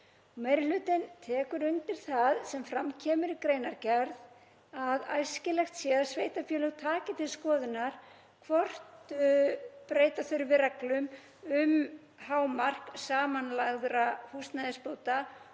Meiri hlutinn tekur undir það sem fram kemur í greinargerð, að æskilegt sé að sveitarfélög taki til skoðunar hvort breyta þurfi reglum um hámark samanlagðra húsnæðisbóta